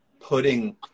putting